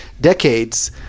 decades